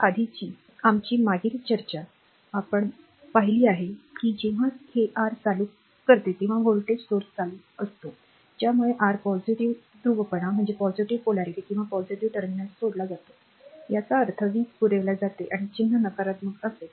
आता आधीची आमची मागील चर्चा जेव्हा आपण पाहिली आहे की जेव्हा हे r चालू करते तेव्हा व्होल्टेज स्त्रोत चालू असतो ज्यामुळे r पॉझिटिव्ह ध्रुवपणा किंवा पॉझिटिव्ह टर्मिनल सोडला जातो याचा अर्थ वीज पुरविली जाते आणि चिन्ह नकारात्मक असेल